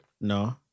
No